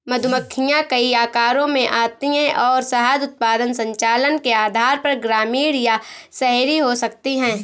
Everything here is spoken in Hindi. मधुमक्खियां कई आकारों में आती हैं और शहद उत्पादन संचालन के आधार पर ग्रामीण या शहरी हो सकती हैं